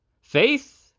Faith